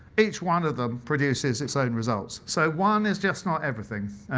each one of them produces its own results. so one is just not everything.